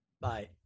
Bye